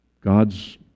God's